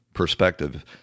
Perspective